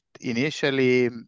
initially